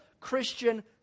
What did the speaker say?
Christian